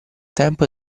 tempo